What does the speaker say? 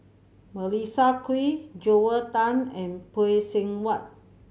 Melissa Kwee Joel Tan and Phay Seng Whatt